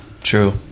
True